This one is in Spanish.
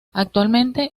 actualmente